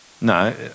no